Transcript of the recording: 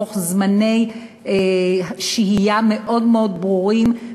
תוך זמני שהייה מאוד מאוד ברורים,